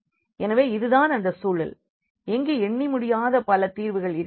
எனவே இது தான் அந்த சூழல் எங்கே எண்ணிமுடியாத பல தீர்வுகள் இருக்கின்றன